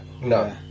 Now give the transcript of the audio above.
no